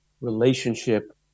relationship